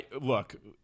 Look